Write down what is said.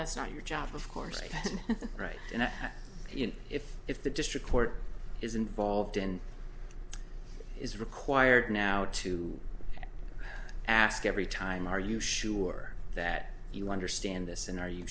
that's not your job of course right and if if the district court is involved in is required now too ask every time are you sure that you understand this and are you